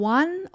one